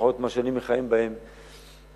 לפחות אלה שאני מכהן בהן לאחרונה,